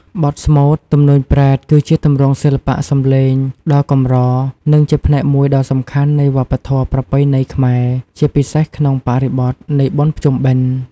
បទស្មូត ទំនួញប្រេត គឺជាទម្រង់សិល្បៈសំឡេងដ៏កម្រ និងជាផ្នែកមួយដ៏សំខាន់នៃ វប្បធម៌ប្រពៃណីខ្មែរ ជាពិសេសក្នុងបរិបទនៃ បុណ្យភ្ជុំបិណ្ឌ។